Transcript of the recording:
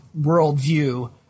worldview –